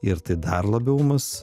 ir tai dar labiau mus